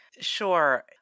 Sure